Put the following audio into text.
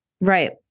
Right